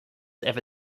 ever